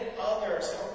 others